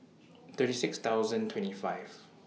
thirty six thousand twenty five